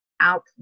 out